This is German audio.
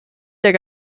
der